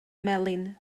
melin